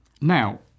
Now